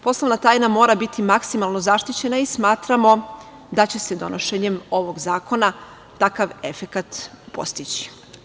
Poslovna tajna mora biti maksimalno zaštićena i smatramo da će se donošenjem ovog zakona takav efekat postići.